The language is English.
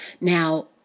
Now